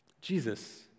Jesus